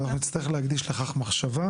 אנחנו נצטרך להקדיש לכך מחשבה